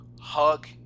Hug